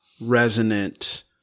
resonant